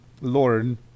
Lord